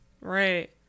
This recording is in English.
Right